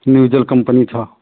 nasal company था